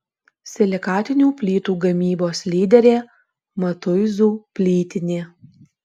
silikatinių plytų gamybos lyderė matuizų plytinė